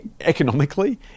economically